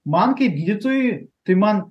man kaip gydytojui tai man